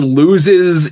loses